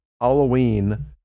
Halloween